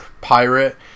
pirate